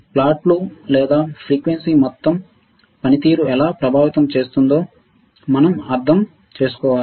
ప్లాట్లు లేదా ఫ్రీక్వెన్సీ మొత్తం పనితీరును ఎలా ప్రభావితం చేస్తుందో మనం అర్థం చేసుకోవాలి